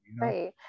Right